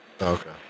Okay